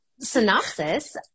Synopsis